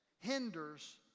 hinders